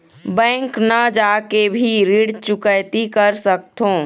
Bank न जाके भी ऋण चुकैती कर सकथों?